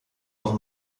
auch